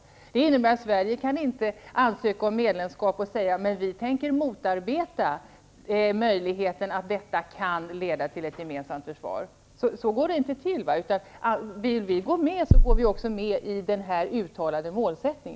Sverige kan därför inte ansöka om medlemskap och samtidigt säga att vi tänker motarbeta möjligheten att samarbetet kan leda till ett gemensamt försvar. Så går det inte till. Om vi vill gå med i EG, ansluter vi oss också till denna uttalade målsättning.